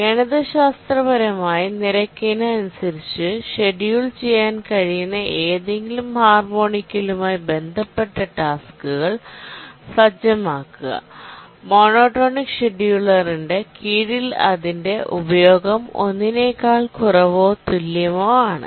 ഗണിതശാസ്ത്രപരമായി നിരക്കിന് അനുസരിച്ച് ഷെഡ്യൂൾ ചെയ്യാൻ കഴിയുന്ന ഏതെങ്കിലും ഹാർമോണിക്കലുമായി ബന്ധപ്പെട്ട ടാസ്ക്കുകൾ സജ്ജമാക്കുക മോണോടോണിക് ഷെഡ്യൂളർ ൻറെ കീഴിൽഅതിന്റെ ഉപയോഗം 1 നേക്കാൾ കുറവോ തുല്യമോ ആണ്